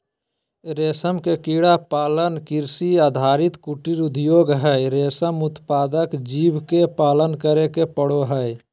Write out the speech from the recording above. रेशम के कीड़ा पालन कृषि आधारित कुटीर उद्योग हई, रेशम उत्पादक जीव के पालन करे के पड़ हई